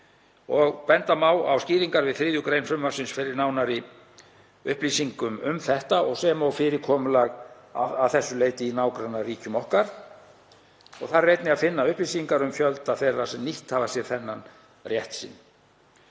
Benda má á skýringar við 3. gr. frumvarpsins fyrir nánari upplýsingar um þetta sem og fyrirkomulag að þessu leyti í nágrannaríkjum okkar. Þar er einnig að finna upplýsingar um fjölda þeirra sem nýtt hafa sér þennan rétt sinn.